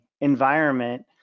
environment